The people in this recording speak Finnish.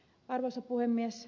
arvoisa puhemies